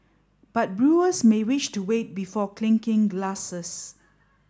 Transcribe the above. but brewers may wish to wait before clinking glasses